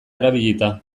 erabilita